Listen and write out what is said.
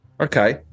Okay